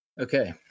Okay